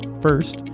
First